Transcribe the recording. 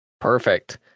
Perfect